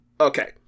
Okay